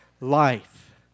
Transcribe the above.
life